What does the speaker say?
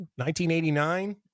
1989